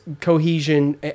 cohesion